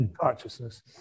consciousness